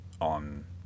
on